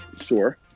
Sure